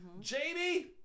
Jamie